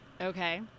Okay